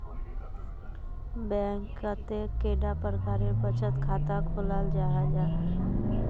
Bank कतेक कैडा प्रकारेर बचत खाता खोलाल जाहा जाहा?